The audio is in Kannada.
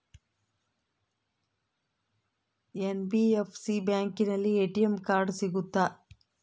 ಎನ್.ಬಿ.ಎಫ್.ಸಿ ಬ್ಯಾಂಕಿನಲ್ಲಿ ಎ.ಟಿ.ಎಂ ಕಾರ್ಡ್ ಸಿಗುತ್ತಾ?